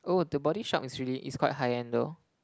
oh the Body Shop is really is quite high end though